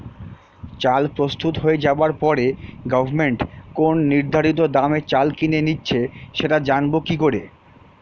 চাল প্রস্তুত হয়ে যাবার পরে গভমেন্ট কোন নির্ধারিত দামে চাল কিনে নিচ্ছে সেটা জানবো কি করে?